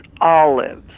olives